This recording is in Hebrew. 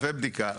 שווה בדיקה.